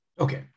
Okay